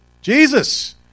Jesus